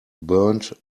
burned